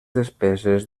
despeses